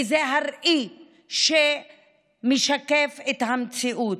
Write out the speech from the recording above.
כי זה הראי שמשקף את המציאות.